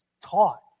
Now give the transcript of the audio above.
Taught